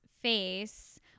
face